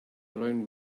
around